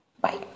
bye